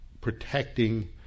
protecting